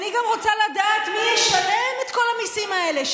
אני גם רוצה לדעת מי ישלם את כל המיסים האלה,